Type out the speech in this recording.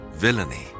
villainy